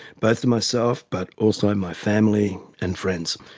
both to myself but also my family and friends.